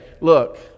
look